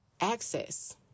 access